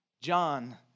John